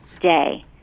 day